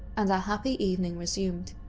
and our happy evening resumed.